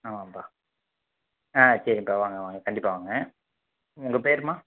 ஆ வாங்கப்பா ஆ சரிப்பா வாங்க வாங்க கண்டிப்பாக வாங்க உங்கள் உங்கள் பேருமா